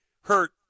hurt